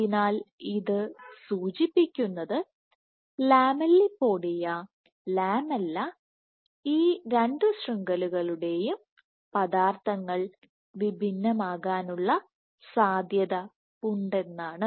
അതിനാൽ ഇത് സൂചിപ്പിക്കുന്നത് ലാമെല്ലിപോഡിയ ലാമെല്ല ഈ രണ്ടു ശൃംഖലകളുടെയും പദാർത്ഥങ്ങൾ വിഭിന്നമാകാനുള്ള സാധ്യത ഉണ്ടെന്നാണ്